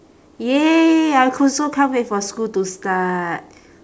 !yay! I c~ also can't wait for school to start